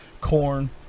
corn